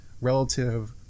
relative